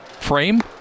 frame